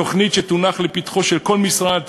תוכניות שיונחו לפתחו של כל משרד,